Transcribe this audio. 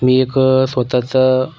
मी एक स्वतःचा